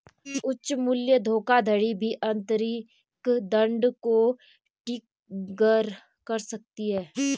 उच्च मूल्य धोखाधड़ी भी अतिरिक्त दंड को ट्रिगर कर सकती है